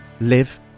live